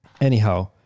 Anyhow